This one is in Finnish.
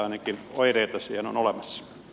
ainakin oireita siihen on olemassa